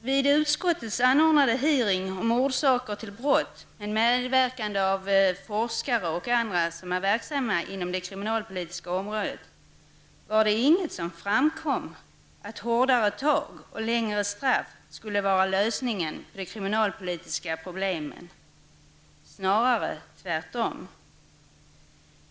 Vid den av utskottet anordnade utfrågningen om orsaker till brott med medverkande av forskare och andra som är verksamma inom det kriminalpolitiska området var det inget som framkom om att hårdare tag och längre straff skulle vara lösningen på de kriminalpolitiska problemen, snarare tvärtom.